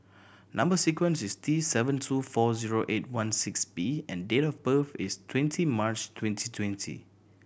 number sequence is T seven two four zero eight one six B and date of birth is twenty March twenty twenty